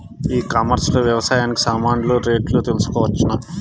ఈ కామర్స్ లో వ్యవసాయానికి సామాన్లు రేట్లు తెలుసుకోవచ్చునా?